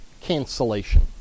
cancellation